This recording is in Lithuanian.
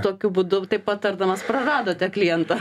tokiu būdu taip patardamas praradote klientą